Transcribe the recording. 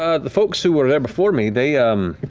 ah the folks who were here before me, they um